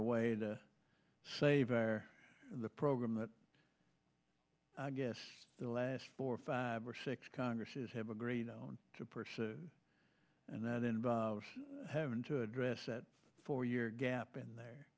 a way to savor the program that i guess the last four five or six congresses have agreed to pursue and that involves having to address that four year gap in there